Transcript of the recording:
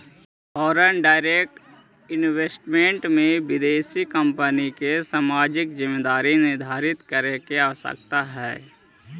foreign direct investment में विदेशी कंपनिय के सामाजिक जिम्मेदारी निर्धारित करे के आवश्यकता हई